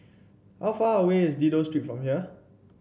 how far away is Dido Street from here